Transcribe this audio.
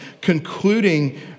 concluding